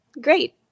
great